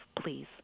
please